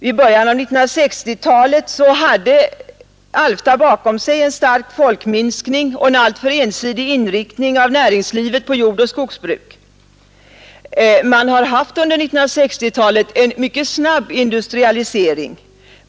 Vid början av 1960-talet hade Alfta bakom sig en stark folkminskning och en alltför ensidig inriktning av näringslivet på jordoch skogsbruk, men under 1960-talet har det skett en mycket snabb industrialisering.